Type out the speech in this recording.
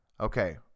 okay